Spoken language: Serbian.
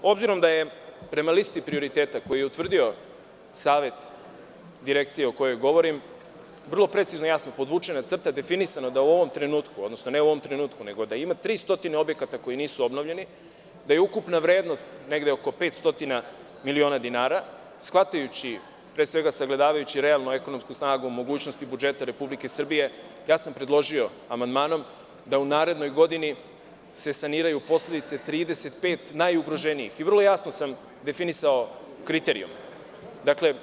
Obzirom da je, prema listi prioriteta koje je utvrdio Savet Direkcije o kojoj govorim, vrlo precizno i jasno podvučena crta i definisano je da u ovom trenutku, odnosno, ne u ovom trenutku, nego da ima 300 objekata koji nisu obnovljeni, da je ukupna vrednost negde oko 500 miliona dinara, shvatajući, pre svega sagledavajući realnu ekonomsku snagu, mogućnosti budžeta Republike Srbije, ja sam predložio amandmanom da se u narednoj godini saniraju posledice 35 najugroženijih i vrlo jasno sam definisao kriterijume.